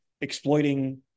exploiting